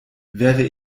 wäre